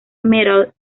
metal